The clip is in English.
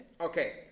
Okay